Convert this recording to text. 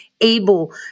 able